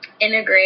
integrate